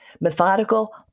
methodical